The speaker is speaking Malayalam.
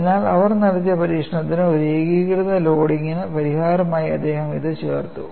അതിനാൽ അവർ നടത്തിയ പരീക്ഷണത്തിന് ഒരു ഏകീകൃത ലോഡിംഗിന് പരിഹാരമായി അദ്ദേഹം ഇത് ചേർത്തു